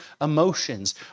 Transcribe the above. emotions